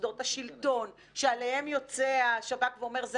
מוסדות השלטון שעליהם יוצא השב"כ ואומר זה